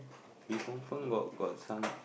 he confirm got got some